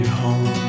home